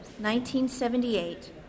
1978